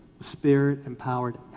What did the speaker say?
spirit-empowered